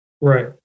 Right